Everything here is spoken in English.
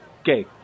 Okay